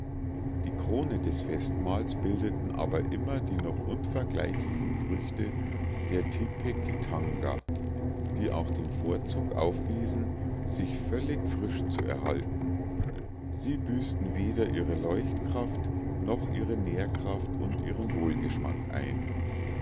die krone des festmahls bildeten aber immer noch die unvergleichlichen früchte der tipekitanga die auch den vorzug aufwiesen sich völlig frisch zu erhalten sie büßten weder ihre leuchtkraft noch ihre nährkraft und ihren wohlgeschmack ein